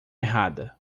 errada